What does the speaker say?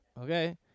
Okay